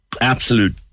absolute